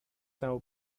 now